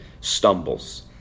stumbles